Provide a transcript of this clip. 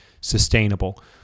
sustainable